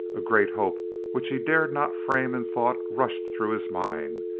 a great hope which he dared not frame in thought rushed through his mind,